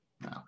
No